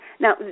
Now